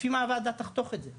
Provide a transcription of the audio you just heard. לפי מה הוועדה תחתוך את זה?